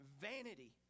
vanity